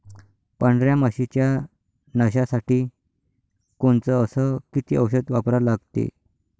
पांढऱ्या माशी च्या नाशा साठी कोनचं अस किती औषध वापरा लागते?